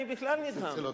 אני בכלל נדהם,